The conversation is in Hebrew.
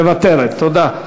מוותרת, תודה.